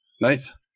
nice